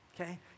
okay